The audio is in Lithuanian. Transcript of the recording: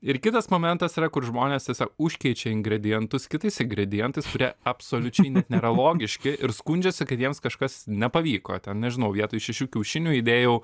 ir kitas momentas yra kur žmonės tiesiog už keičia ingredientus kitais ingredientais kurie absoliučiai net nėra logiški ir skundžiasi kad jiems kažkas nepavyko ten nežinau vietoj šešių kiaušinių įdėjau